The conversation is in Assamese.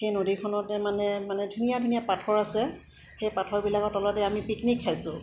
সেই নদীখনতে মানে মানে ধুনীয়া ধুনীয়া পাথৰ আছে সেই পাথৰবিলাকৰ তলতে আমি পিকনিক খাইছোঁ